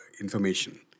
information